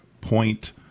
point